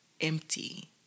empty